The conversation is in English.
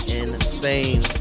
insane